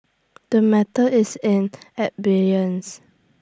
the matter is in abeyance